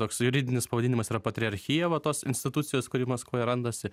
toks juridinis pavadinimas yra patriarchija va tos institucijos kuri maskvoj randasi